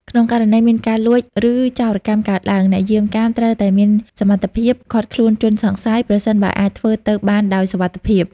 ក្នុងករណីមានការលួច ឬចោរកម្មកើតឡើង អ្នកយាមកាមត្រូវតែមានសមត្ថភាព ឃាត់ខ្លួនជនសង្ស័យ ប្រសិនបើអាចធ្វើទៅបានដោយសុវត្ថិភាព។